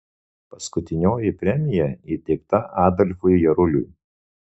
paskutinioji premija įteikta adolfui jaruliui